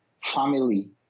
family